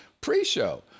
pre-show